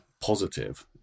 positive